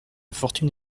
fortune